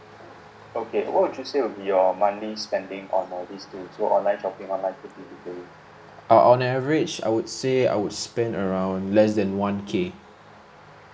uh on average I would say I would spend around less than one K